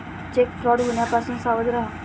check fraud होण्यापासून सावध रहा